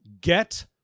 get